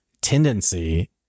tendency